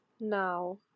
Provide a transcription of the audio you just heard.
now